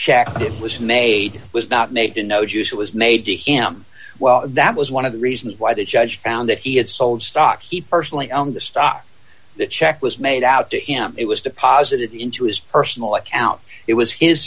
it was made was not made to no juice was made to him well that was one of the reasons why the judge found that he had sold stock he personally owned the stock the check was made out to him it was deposited into his personal account it was his